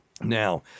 Now